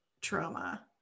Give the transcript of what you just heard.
trauma